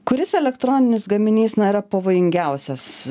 kuris elektroninis gaminys na yra pavojingiausias